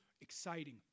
exciting